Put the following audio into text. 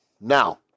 Now